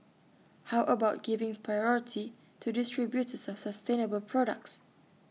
how about giving priority to distributors of sustainable products